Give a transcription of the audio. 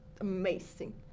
amazing